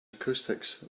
acoustics